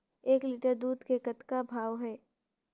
एक लिटर दूध के कतका भाव हे?